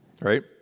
Right